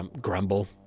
grumble